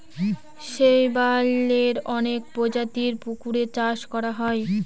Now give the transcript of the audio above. শৈবালের অনেক প্রজাতির পুকুরে চাষ করা হয়